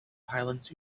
highlands